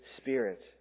Spirit